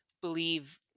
believe